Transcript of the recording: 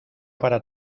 para